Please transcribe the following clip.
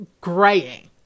graying